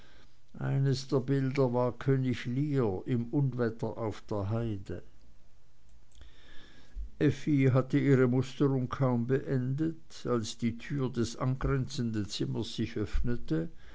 eines der bilder war könig lear im unwetter auf der heide effi hatte ihre musterung kaum beendet als die tür des angrenzenden zimmers sich